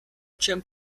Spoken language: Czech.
čem